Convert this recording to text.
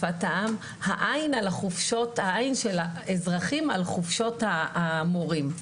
העין על של האזרחים היא על חופשות המורים.